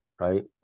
right